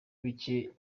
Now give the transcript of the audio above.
bike